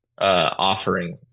offering